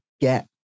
get